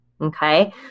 Okay